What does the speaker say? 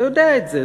אתה יודע את זה,